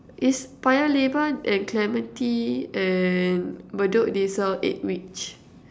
is Paya-Lebar and Clementi and Bedok they sell eggwich